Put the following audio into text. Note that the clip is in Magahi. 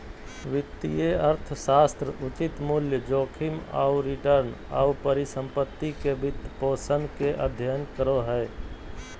वित्तीय अर्थशास्त्र उचित मूल्य, जोखिम आऊ रिटर्न, आऊ परिसम्पत्ति के वित्तपोषण के अध्ययन करो हइ